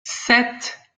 sept